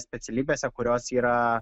specialybėse kurios yra